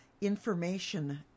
Information